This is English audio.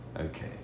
Okay